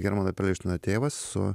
hermano perelšteino tėvas su